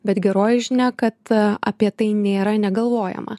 bet geroji žinia kad apie tai nėra negalvojama